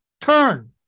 Turn